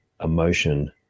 emotion